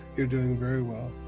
you're doing very well.